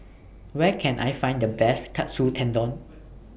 Where Can I Find The Best Katsu Tendon